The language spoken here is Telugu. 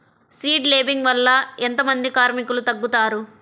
సీడ్ లేంబింగ్ వల్ల ఎంత మంది కార్మికులు తగ్గుతారు?